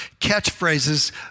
catchphrases